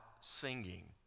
singing